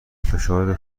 فشار